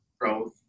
growth